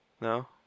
No